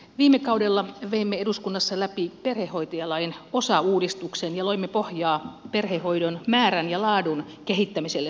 viime kaudella veimme eduskunnassa läpi perhehoitajalain osauudistuksen ja loimme pohjaa perhehoidon määrän ja laadun kehittämiselle suomessa